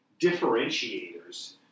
differentiators